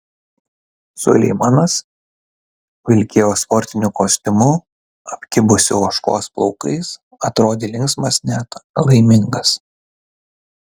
suleimanas vilkėjo sportiniu kostiumu apkibusiu ožkos plaukais atrodė linksmas net laimingas